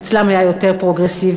אצלם היה יותר פרוגרסיבי.